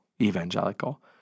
evangelical